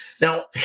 Now